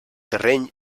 terreny